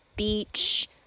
beach